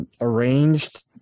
arranged